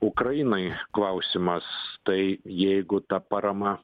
ukrainai klausimas tai jeigu ta parama